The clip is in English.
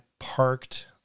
parked